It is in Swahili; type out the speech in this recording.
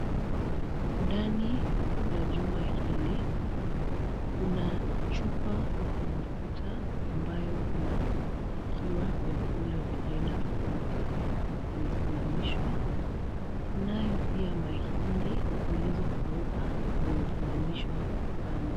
Ndani la jumba hili, kuna chupa ya mafuta ambayo unapikiwa vyakula vya aina tofauti limesimamishwa. Tunayo pia mahindi zilizokauka vimefunganishwa kwa kamba.